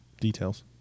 Details